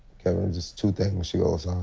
kevin, just two things. she goes, um